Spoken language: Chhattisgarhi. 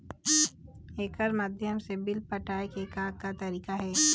एकर माध्यम से बिल पटाए के का का तरीका हे?